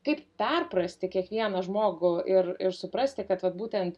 kaip perprasti kiekvieną žmogų ir ir suprasti kad vat būtent